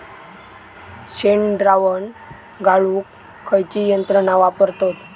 शेणद्रावण गाळूक खयची यंत्रणा वापरतत?